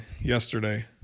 yesterday